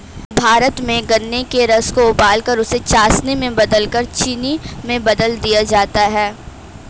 भारत में गन्ने के रस को उबालकर उसे चासनी में बदलकर चीनी में बदल दिया जाता है